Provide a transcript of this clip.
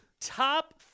top